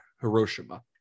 Hiroshima